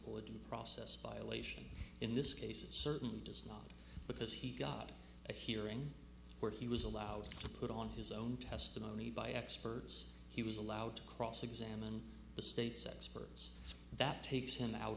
due process violation in this case it certainly does not because he got a hearing where he was allowed to put on his own testimony by experts he was allowed to cross examine the state's experts so that takes him out